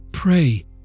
Pray